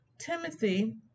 timothy